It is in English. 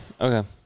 okay